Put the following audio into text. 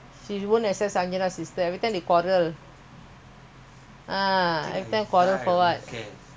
so cannot talk all this ah